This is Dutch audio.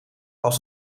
als